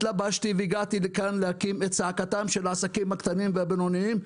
התלבשתי והגעתי לכאן להקים את צעקתם של העסקים הקטנים והבינוניים,